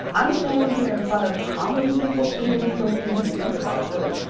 i'm standing here in front of how many people? too many for me to even think about really,